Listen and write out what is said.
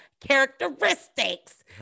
characteristics